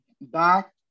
back